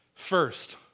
First